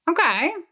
Okay